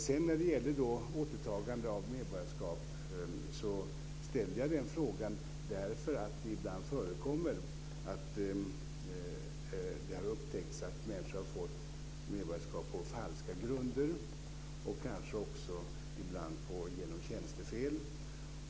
När det sedan gäller återtagande av medborgarskap ställde jag frågan därför att det ibland förekommer att det har upptäckts att människor har fått medborgarskap på falska grunder och kanske också ibland genom tjänstefel.